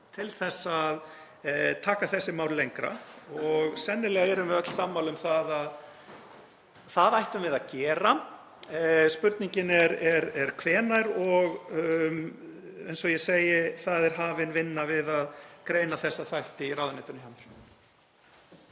til að taka þessi mál lengra. Sennilega erum við öll sammála um að það ættum við að gera, spurningin er hvenær og, eins og ég segi, það er hafin vinna við að greina þessa þætti í ráðuneytinu hjá mér.